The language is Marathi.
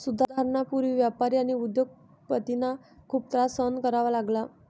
सुधारणांपूर्वी व्यापारी आणि उद्योग पतींना खूप त्रास सहन करावा लागला